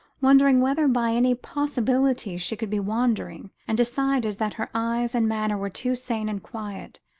wondering whether by any possibility she could be wandering, and deciding that her eyes and manner were too sane and quiet,